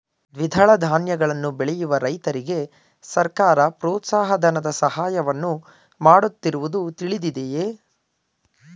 ದ್ವಿದಳ ಧಾನ್ಯಗಳನ್ನು ಬೆಳೆಯುವ ರೈತರಿಗೆ ಸರ್ಕಾರ ಪ್ರೋತ್ಸಾಹ ಧನದ ಸಹಾಯವನ್ನು ಮಾಡುತ್ತಿರುವುದು ತಿಳಿದಿದೆಯೇ?